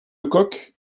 lecoq